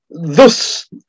Thus